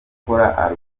gukora